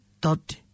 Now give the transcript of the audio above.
dot